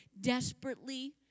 desperately